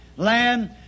Land